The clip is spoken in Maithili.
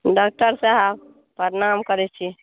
डाक्टर साहेब प्रणाम करैत छी